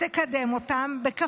כשהוא חתם, חבר הכנסת